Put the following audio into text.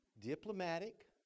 diplomatic